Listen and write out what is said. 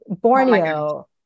borneo